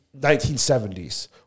1970s